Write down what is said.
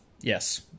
yes